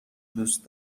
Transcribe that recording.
دوست